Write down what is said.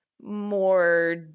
more